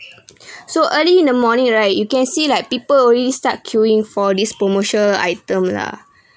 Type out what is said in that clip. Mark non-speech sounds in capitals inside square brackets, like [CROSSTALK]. [BREATH] so early in the morning right you can see like people already start queuing for this promotional item lah